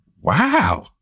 Wow